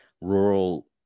rural